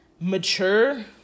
mature